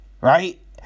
Right